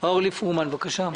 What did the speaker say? אורלי פרומן, בבקשה.